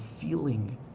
feeling